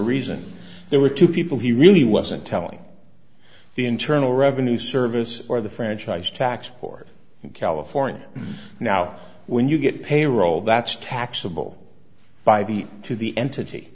reason there were two people he really wasn't telling the internal revenue service or the franchise tax board in california now when you get payroll that's taxable by the to the entity